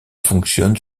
fonctionne